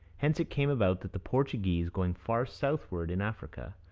hence it came about that the portuguese, going far southward in africa,